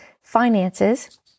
finances